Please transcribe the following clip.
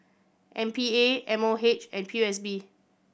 M P A M O H and P O S B